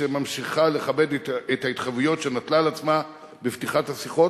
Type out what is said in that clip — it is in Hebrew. ממשיכה לכבד את ההתחייבויות שנטלה על עצמה בפתיחת השיחות,